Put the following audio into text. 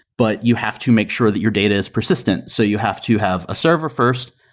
but you have to make sure that your data is persistent. so you have to have a server first.